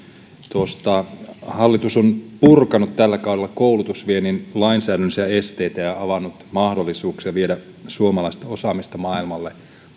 hallitus on purkanut tällä kaudella koulutusviennin lainsäädännöllisiä esteitä ja ja avannut mahdollisuuksia viedä suomalaista osaamista maailmalle